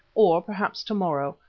or perhaps to-morrow,